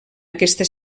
aquesta